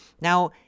Now